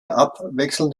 abwechselnd